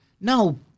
no